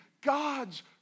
God's